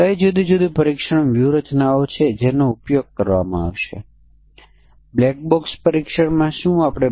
હવે આ માટે બાઉન્ડ્રી વેલ્યુ કસોટીનાં કેસો હશે અને કેટલા પરીક્ષણ કેસની જરૂર રહેશે